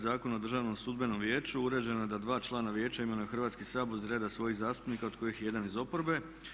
Zakona o Državnom sudbenom vijeću uređeno je da dva člana vijeća imenuje Hrvatski sabor iz reda svojih zastupnika od kojih je jedan iz oporbe.